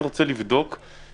צריך להיות פה עם שום שכל,